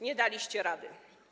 Nie daliście rady.